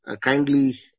kindly